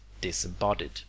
disembodied